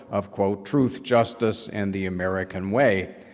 of truth, justice, and the american way.